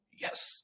Yes